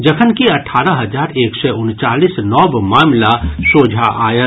जखनकि अठारह हजार एक सय उनचालीस नव मामिला सोझा आयल